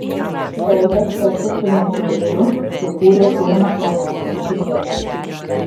saugas kartu su medžiaušiu sukūrė pirmą komandos įvartį